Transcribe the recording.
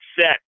set